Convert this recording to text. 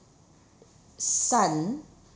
son